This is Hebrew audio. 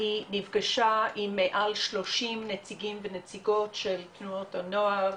היא נפגשה עם מעל 30 נציגים ונציגות של תנועות הנוער.